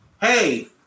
hey